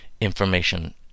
information